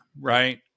right